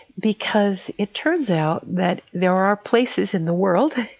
because it turns out that there are places in the world,